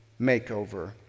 makeover